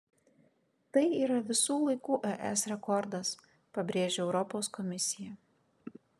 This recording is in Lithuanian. tai yra visų laikų es rekordas pabrėžia europos komisija